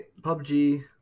PUBG